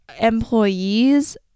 employees